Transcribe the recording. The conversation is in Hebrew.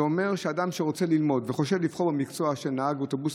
זה אומר שאדם שרוצה ללמוד וחושב לבחור במקצוע נהג אוטובוס,